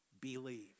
believe